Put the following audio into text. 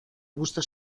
busto